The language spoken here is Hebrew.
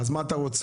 אז מה אתה רוצה,